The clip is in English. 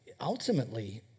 ultimately